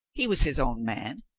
he was his own man.